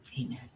Amen